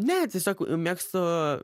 ne tiesiog mėgstu